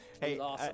Hey